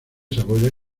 saboya